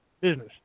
business